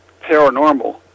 paranormal